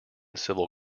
civil